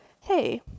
hey